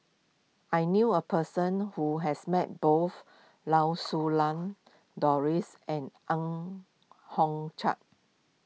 I knew a person who has met both Lau Siew Lang Doris and Ang Hiong Chiok